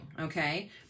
okay